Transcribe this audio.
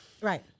Right